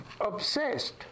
obsessed